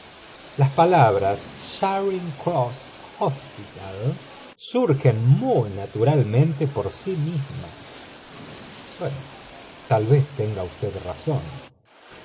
las palabras sws hospital ur n natura uieme por sí mismas tal vez tenga usted razón